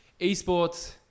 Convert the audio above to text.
Esports